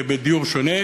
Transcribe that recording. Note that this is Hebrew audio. בדיור שונה.